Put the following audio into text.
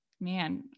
man